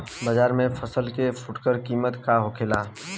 बाजार में फसल के फुटकर कीमत का होखेला?